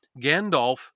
Gandalf